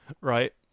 right